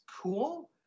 cool